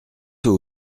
aux